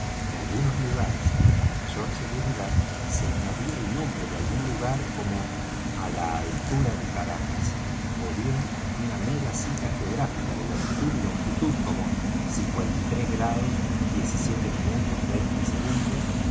en algunos lugares para mayor seguridad se añadía el nombre de algún lugar como á la altura de caracas ó bien una mera cita geográfica de latitud y longitud como y